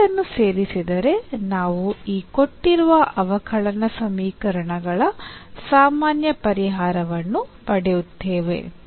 ಈ ಎರಡನ್ನು ಸೇರಿಸಿದರೆ ನಾವು ಈ ಕೊಟ್ಟಿರುವ ಅವಕಲನ ಸವಿಕರಣಗಳ ಸಾಮಾನ್ಯ ಪರಿಹಾರವನ್ನು ಪಡೆಯುತ್ತೇವೆ